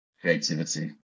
creativity